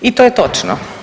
I to je točno.